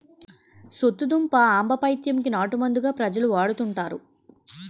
సొచ్చుదుంప ఆంబపైత్యం కి నాటుమందుగా ప్రజలు వాడుతుంటారు